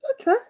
Okay